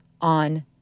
on